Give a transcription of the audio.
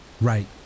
Right